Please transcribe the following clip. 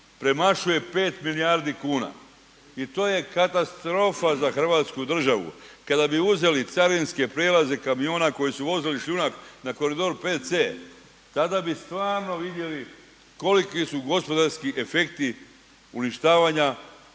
premašuje 5 milijardi kuna i to je katastrofa za Hrvatsku državu. Kada bi uzeli carinske prijelaze kamiona koji su vozili šljunak na koridoru 5C, tada bi stvarno vidjeli koliki su gospodarski efekti uništavanja